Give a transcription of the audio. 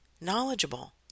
knowledgeable